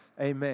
amen